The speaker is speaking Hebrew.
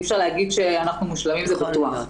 אי-אפשר לומר שאנחנו מושלמים, זה בטוח.